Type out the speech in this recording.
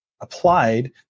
applied